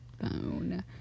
phone